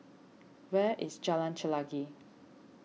where is Jalan Chelagi